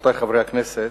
רבותי חברי הכנסת,